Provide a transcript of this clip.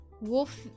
Wolf